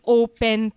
open